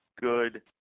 good